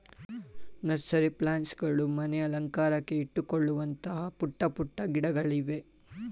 nursery plants ಗಳು ಮನೆ ಅಲಂಕಾರಕ್ಕೆ ಇಟ್ಟುಕೊಳ್ಳುವಂತಹ ಪುಟ್ಟ ಪುಟ್ಟ ಗಿಡಗಳಿವೆ